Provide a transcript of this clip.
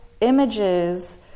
images